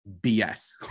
BS